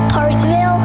Parkville